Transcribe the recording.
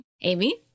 Amy